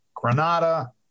granada